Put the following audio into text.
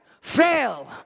fail